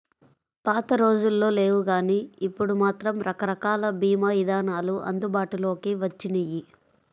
పాతరోజుల్లో లేవుగానీ ఇప్పుడు మాత్రం రకరకాల భీమా ఇదానాలు అందుబాటులోకి వచ్చినియ్యి